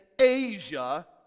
Asia